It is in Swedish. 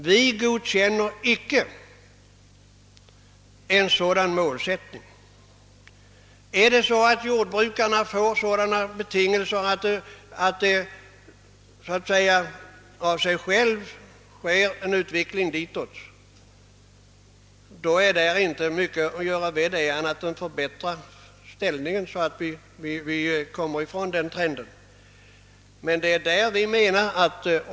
Vi godkänner icke en sådan målsättning. Om jordbrukarna får sådana betingelser, att utvecklingen så att säga av sig själv går i den riktningen, då måste man försöka förbättra målsättningen, så att vi kommer ifrån den trenden.